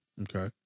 Okay